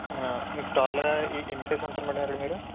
మీకు టోటల్గా ఎ ఎన్ని డేస్ ఉంటారు మేడం ఇక్కడ మీరు